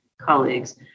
colleagues